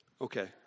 Okay